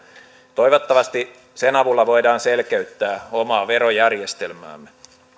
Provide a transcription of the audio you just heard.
toivottavasti sen avulla voidaan selkeyttää omaa verojärjestelmäämme